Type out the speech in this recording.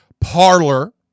Parlor